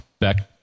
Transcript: Back